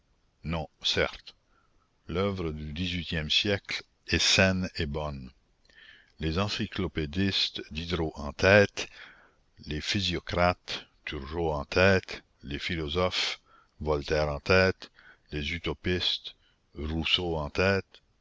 non certes l'oeuvre du dix-huitième siècle est saine et bonne les encyclopédistes diderot en tête les physiocrates turgot en tête les philosophes voltaire en tête les utopistes rousseau en tête